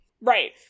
Right